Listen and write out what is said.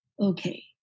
okay